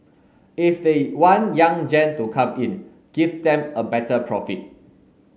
if they want young gen to come in give them a better profit